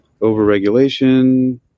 over-regulation